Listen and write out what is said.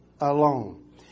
alone